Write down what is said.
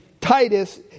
Titus